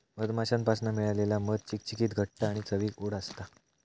मधमाश्यांपासना मिळालेला मध चिकचिकीत घट्ट आणि चवीक ओड असता